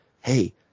hey